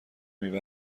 میوه